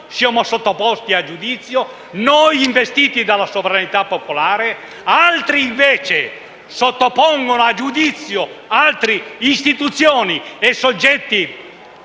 siamo sottoposti a giudizio, noi investiti dalla sovranità popolare; altri, invece, sottopongono a giudizio altre istituzioni e soggetti